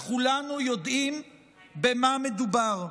וכולנו יודעים במה מדובר.